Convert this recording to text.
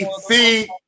see